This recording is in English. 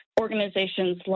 organizations